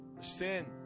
Sin